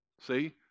See